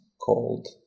called